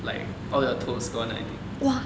like all your toes gone everything